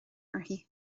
uirthi